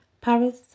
Paris